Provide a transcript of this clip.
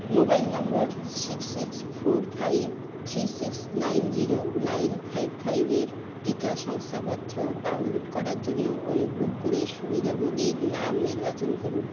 mobile number six six four five three six nine zero nine five ফাইভের টিকা শংসাপত্র download করার জন্য অনুগ্রহ করে সুবিধাভোগীর নাম নির্বাচন করুন